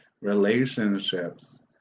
relationships